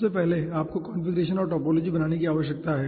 सबसे पहले आपको कॉन्फ़िगरेशन और टोपोलॉजी बनाने की आवश्यकता है